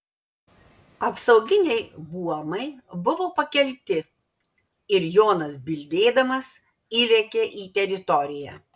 apsauginiai buomai buvo pakelti ir jonas bildėdamas įlėkė į teritoriją